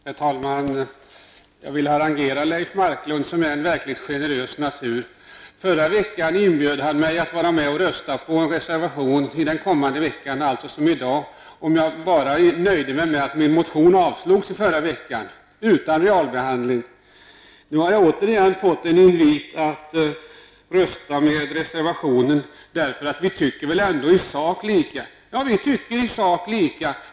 Herr talman! Jag vill harangera Leif Marklund, som är en verkligt generös natur. Förra veckan inbjöd han mig att rösta för en reservation i den kommande veckan, alltså i dag, om jag bara nöjde mig med att min motion avstyrktes förra veckan -- utan realbehandling. Nu har jag igen fått en invit att rösta för reservationen, därför att vi väl ändå i sak tycker lika! Ja, vi tycker i sak lika.